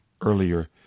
earlier